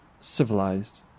civilized